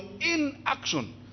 inaction